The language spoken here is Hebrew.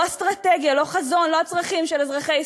לא אסטרטגיה, לא חזון, לא הצרכים של אזרחי ישראל.